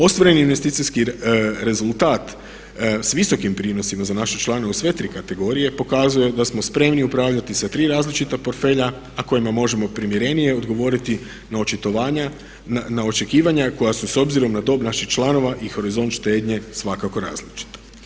Ostvareni investicijski rezultat s visokim prinosima za naše članove u sve tri kategorije pokazuje da smo spremni upravljati sa tri različita portfelja a kojima možemo primjernije odgovoriti na očitovanja, na očekivanja koja su s obzirom na dob naših članova i horizont štednje svakako različita.